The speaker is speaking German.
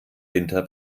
winter